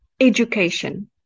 education